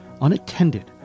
unattended